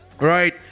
right